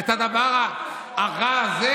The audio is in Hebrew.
הדבר הרע הזה?